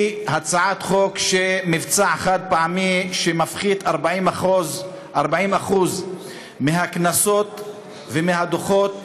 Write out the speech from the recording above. הצעת חוק בדבר מבצע חד-פעמי שמפחית 40% מהקנסות ומהדוחות